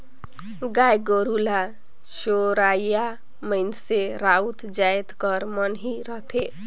गाय गरू ल चरोइया मइनसे राउत जाएत कर मन ही रहथें